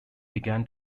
began